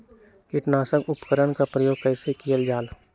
किटनाशक उपकरन का प्रयोग कइसे कियल जाल?